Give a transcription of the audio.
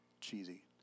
Cheesy